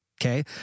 Okay